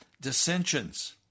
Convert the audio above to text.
Dissensions